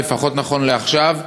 לפחות נכון לעכשיו,